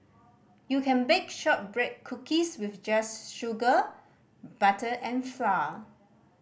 you can bake shortbread cookies with just sugar butter and flour